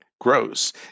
grows